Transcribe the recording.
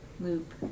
loop